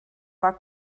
war